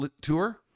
Tour